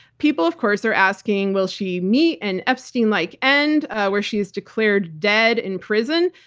people of course are asking, will she meet an epstein-like end where she is declared dead in prison?